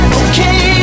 okay